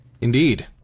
Indeed